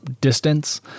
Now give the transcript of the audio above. distance